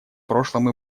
прошлом